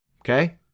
okay